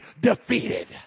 defeated